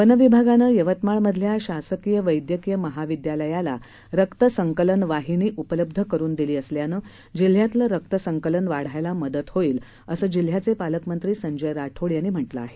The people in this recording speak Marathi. वनविभागानंयवतमाळमधल्याशासकीयवैद्यकीयमहाविद्यालयालारक्तसंकलनवाहिनीउपलब्धकरूनदिलीअसल्यानं जिल्ह्यातलंरक्तसंकलनवाढायलामदतहोईलअसंजिल्ह्याचेपालकमंत्रीसंजयराठोडयांनीम्हटलंआहे